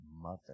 mother